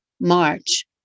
March